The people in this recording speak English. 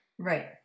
right